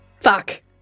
Fuck